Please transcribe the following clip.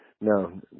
no